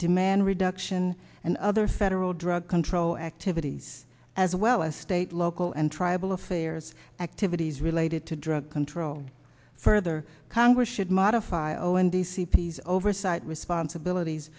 demand reduction and other federal drug control activities as well as state local and tribal affairs activities related to drug control further congress should modify o and the c p s oversight responsibilities